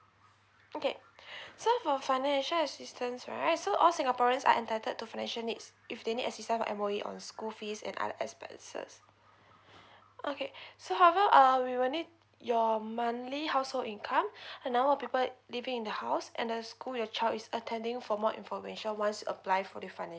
okay so for financial assistance right so all singaporeans are entitled to financial aids if they need assistance on school fees and other expenses okay so how how are we will need your monthly household income and number of people living in the house and the school your child is attending for more information once you apply for the financial